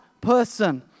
person